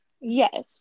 Yes